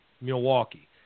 Milwaukee